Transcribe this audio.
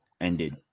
ended